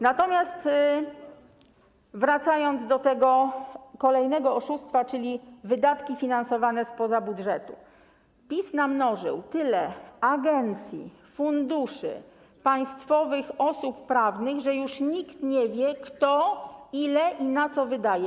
Natomiast wracając do tego kolejnego oszustwa, czyli wydatków finansowanych spoza budżetu, chcę powiedzieć, że PiS namnożył tyle agencji, funduszy, państwowych osób prawnych, że już nikt nie wie, kto, ile i na co wydaje.